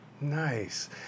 nice